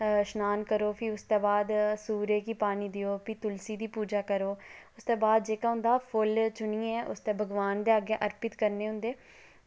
शनान करो फ्ही उसदे बाद सुरज गी पानी देओ तुलसी दी पूजा करो ते उसदे बाद होंदा फुल्ल चुनियै ओह्दे उप्पर अर्पित करदे